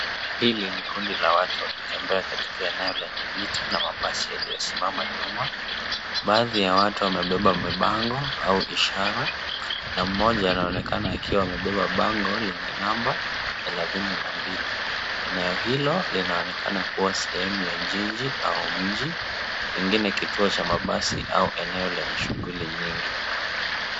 Hili ni kundi la watu wakitembea katika eneo lenye miti na mabasi yaliyosimama nyuma. Baadhi ya watu wamebeba mabango au ishara na mmoja anaonekana akiwa amebeba bango lenye namba 32. Eneo hilo linaonekana kuwa sehemu ya jiji au mji, pengine kituo cha mabasi au eneo lenye shughuli nyingi.